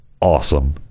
awesome